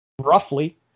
roughly